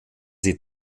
sie